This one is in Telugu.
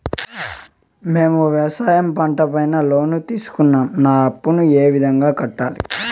మేము వ్యవసాయ పంట పైన లోను తీసుకున్నాం నా అప్పును ఏ విధంగా కట్టాలి